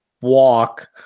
walk